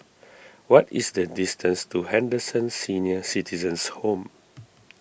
what is the distance to Henderson Senior Citizens' Home